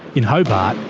in hobart,